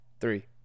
Three